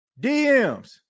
DMs